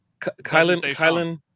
Kylan